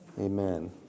Amen